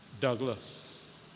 Douglas